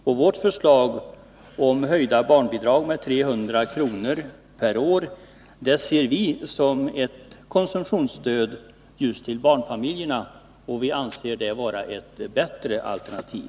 Vi ser vårt förslag om höjning av barnbidraget med 300 kr. per år som ett konsumtionsstöd just till barnfamiljerna, och vi anser det vara ett bättre alternativ.